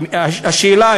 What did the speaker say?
השאלה,